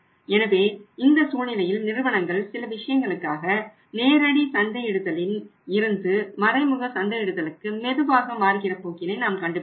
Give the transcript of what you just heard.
எனவே இந்த சூழ்நிலையில் நிறுவனங்கள் சில விஷயங்களுக்காக நேரடி சந்தையிடுதலில் இருந்து மறைமுக சந்தையிடுதலுக்கு மெதுவாக மாறுகிற போக்கினை நாம் கண்டுபிடிக்கிறோம்